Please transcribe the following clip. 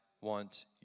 want